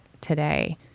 today